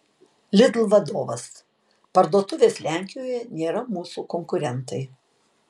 lidl vadovas parduotuvės lenkijoje nėra mūsų konkurentai